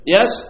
Yes